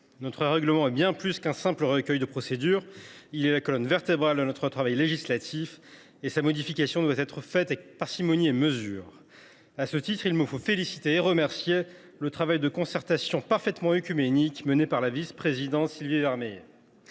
Notre règlement est bien plus qu’un simple recueil de procédures : il est la colonne vertébrale de notre travail législatif, et sa modification doit être faite avec parcimonie et mesure. À ce titre, il me faut saluer le travail de concertation parfaitement œcuménique mené par la vice présidente Sylvie Vermeillet.